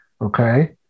Okay